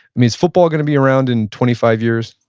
is football going to be around in twenty five years?